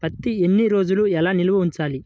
పత్తి ఎన్ని రోజులు ఎలా నిల్వ ఉంచాలి?